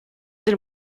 del